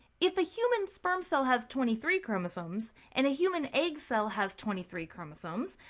if a human sperm cell has twenty three chromosomes and a human egg cell has twenty three chromosomes,